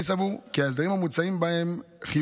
אני סבור כי ההסדרים המוצעים בה חיוניים,